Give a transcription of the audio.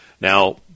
Now